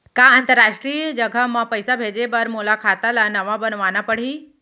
का अंतरराष्ट्रीय जगह म पइसा भेजे बर मोला खाता ल नवा बनवाना पड़ही?